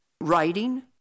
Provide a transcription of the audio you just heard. writing